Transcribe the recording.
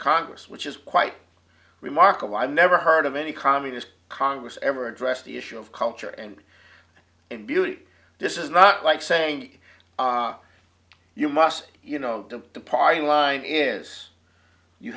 congress which is quite remarkable i never heard of any communist congress ever addressed the issue of culture and in beauty this is not like saying you must you know the party line is you